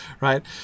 Right